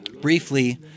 Briefly